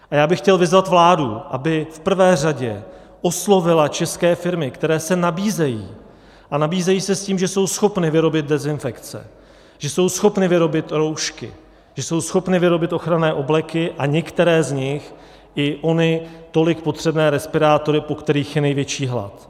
A já bych chtěl vyzvat vládu, aby v prvé řadě oslovila české firmy, které se nabízejí, a nabízejí se s tím, že jsou schopny vyrobit dezinfekce, že jsou schopny vyrobit roušky, že jsou schopny vyrobit ochranné obleky a některé z nich i ony tolik potřebné respirátory, po kterých je největší hlad.